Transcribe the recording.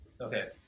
Okay